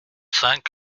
cinq